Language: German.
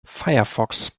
firefox